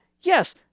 Yes